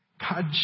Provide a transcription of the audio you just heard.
God